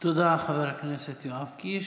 תודה, חבר הכנסת יואב קיש.